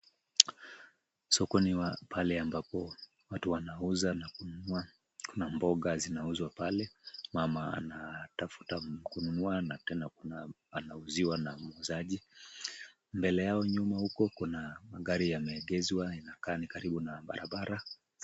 Soko ni pale ambapo watu wanauza na kununua. Kuna mboga zinauzwa pale. Mama anatafuta kununua na tena anauziwa na muuzaji. Mbele yao nyuma huku kuna magari yameegeshwa inakaa ni karibu na barabara.